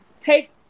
take